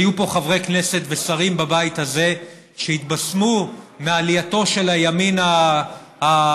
היו פה חברי כנסת ושרים בבית הזה שהתבשמו מעלייתו של הימין החזק,